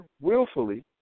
willfully